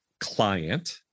client